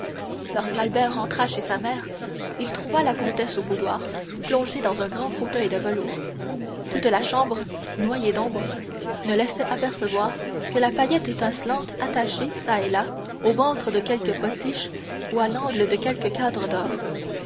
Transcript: albert rentra chez sa mère il trouva la comtesse au boudoir plongée dans un grand fauteuil de velours toute la chambre noyée d'ombre ne laissait apercevoir que la paillette étincelante attachée çà et là au ventre de quelque potiche ou à l'angle de quelque cadre d'or